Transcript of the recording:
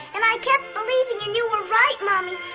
and i kept believing, and you were right, mommy!